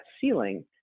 ceiling